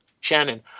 shannon